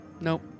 nope